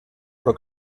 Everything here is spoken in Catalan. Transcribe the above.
però